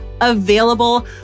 available